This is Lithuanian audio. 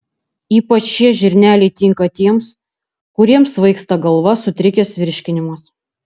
ypač šie žirneliai tinka tiems kuriems svaigsta galva sutrikęs virškinimas